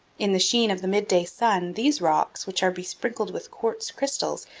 in the sheen of the midday sun, these rocks, which are besprinkled with quartz crystals,